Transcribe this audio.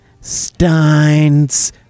Steins